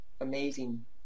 amazing